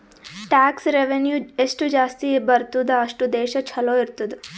tax revenue ಎಷ್ಟು ಜಾಸ್ತಿ ಬರ್ತುದ್ ಅಷ್ಟು ದೇಶ ಛಲೋ ಇರ್ತುದ್